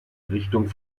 richtung